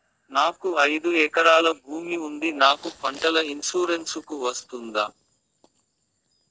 నాకు ఐదు ఎకరాల భూమి ఉంది నాకు పంటల ఇన్సూరెన్సుకు వస్తుందా?